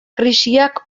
krisiak